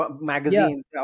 magazines